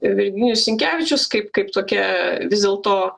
virginijus sinkevičius kaip kaip tokia vis dėlto